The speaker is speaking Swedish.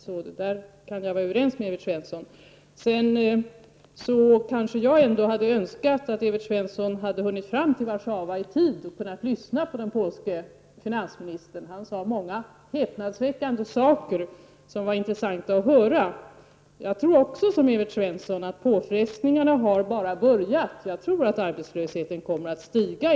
På den punkten är jag överens med Evert Svensson. Jag hade önskat att Evert Svensson hade hunnit fram till Warszawa i tid och kunnat lyssna på den polske finansministern. Han sade många häpnadsväckande saker som var intressanta att höra. Precis som Evert Svensson tror jag att påfrestningarna bara har börjat. Arbetslösheten kommer säkert att stiga.